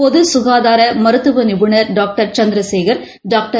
பொதுககாதாரமருத்துவநிபுணர் doctor Chandrasekhar doctor